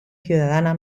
ciudadana